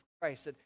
Christ